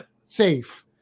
safe